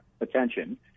attention